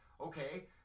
okay